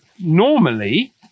normally